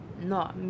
No